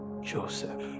Joseph